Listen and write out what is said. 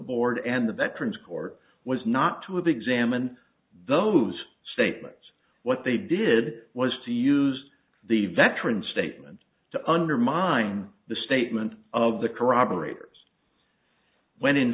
board and the veterans court was not to examine those statements what they did was to use the veteran statement to undermine the statement of the corroborate or when in